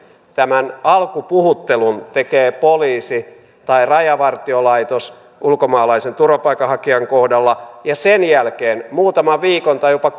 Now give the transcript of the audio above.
tämän alkupuhuttelun tekee poliisi tai rajavartiolaitos ulkomaalaisen turvapaikanhakijan kohdalla ja sen jälkeen muutaman viikon tai jopa